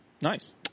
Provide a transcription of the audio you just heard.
Nice